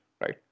right